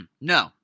No